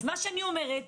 אז מה שאני אומרת,